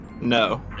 No